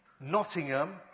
Nottingham